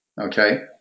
okay